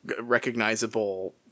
recognizable